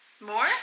more